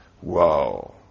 Whoa